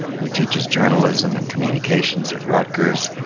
who teaches journalism and communications at rutgers.